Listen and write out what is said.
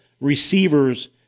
receivers